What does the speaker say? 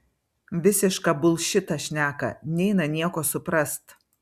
visišką bulšitą šneka neina nieko suprast